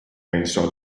pensò